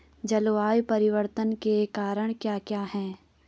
जलवायु परिवर्तन के कारण क्या क्या हैं?